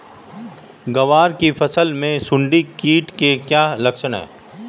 ग्वार की फसल में सुंडी कीट के क्या लक्षण है?